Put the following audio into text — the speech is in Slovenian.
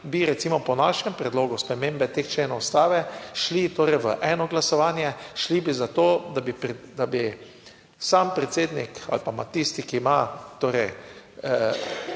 bi recimo po našem predlogu spremembe teh členov Ustave, šli torej v eno glasovanje, šli bi za to, da bi sam predsednik oziroma tisti, ki ima,